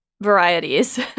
varieties